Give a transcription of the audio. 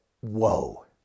whoa